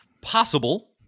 possible